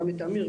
גם את אמיר,